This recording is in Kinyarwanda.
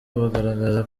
bagaragaza